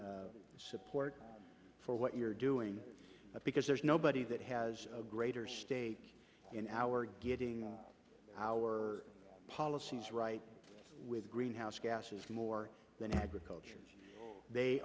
support for what you're doing because there's nobody that has a greater stake in our getting our policies right with greenhouse gases more than agriculture they